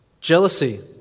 Jealousy